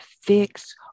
fix